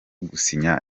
gusinya